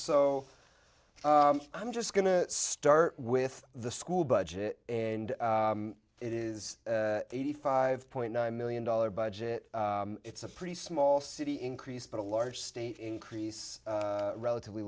so i'm just going to start with the school budget and it is eighty five point nine million dollars budget it's a pretty small city increase but a large state increase relatively